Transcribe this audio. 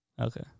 Okay